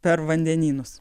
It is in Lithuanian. per vandenynus